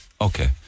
Okay